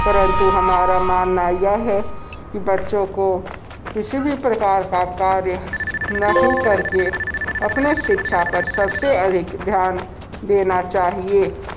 परंतु हमारा मानना यह है कि बच्चों को किसी भी प्रकार का कार्य नहीं कर के अपनी शिक्षा पर सब से अधिक ध्यान देना चाहिए